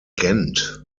gent